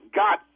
got